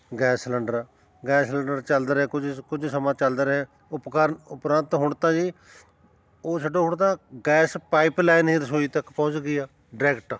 gas cylinder gas cylinder ਚੱਲਦਾ ਰਿਹਾ ਕੁਝ ਕੁਝ ਸਮਾਂ ਚੱਲਦਾ ਰਿਹਾ ਉਪਕਰਨ ਉਪਰੰਤ ਹੁਣ ਤਾਂ ਜੀ ਉਹ ਛੱਡੋ ਹੁਣ ਤਾਂ ਗੈਸ ਪਾਈਪ ਲਾਈਨ ਹੀ ਰਸੋਈ ਤੱਕ ਪਹੁੰਚ ਗਈ ਆ ਡਾਇਰੈਕਟ